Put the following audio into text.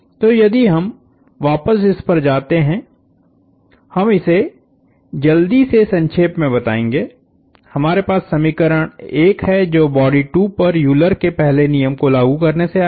तो यदि हम वापस इस पर जाते हैं हम इसे जल्दी से संक्षेप में बताएंगे हमारे पास समीकरण1 है जो बॉडी 2 पर यूलर के पहले नियम को लागू करने से आया है